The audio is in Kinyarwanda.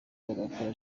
bagakora